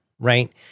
right